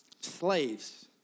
Slaves